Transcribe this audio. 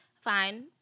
Fine